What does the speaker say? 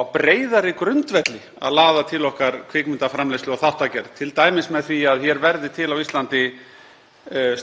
á breiðari grundvelli við að laða til okkar kvikmyndaframleiðslu og þáttagerð, t.d. með því að hér verði til á Íslandi